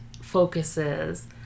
focuses